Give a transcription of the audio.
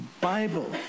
Bible